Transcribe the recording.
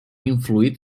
influït